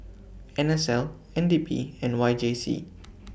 N S L N D P and Y J C